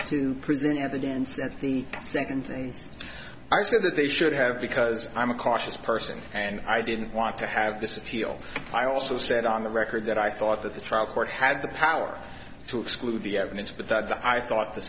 to present evidence at the second things i said that they should have because i'm a cautious person and i didn't want to have this appeal i also said on the record that i thought that the trial court had the power to exclude the evidence but that i thought the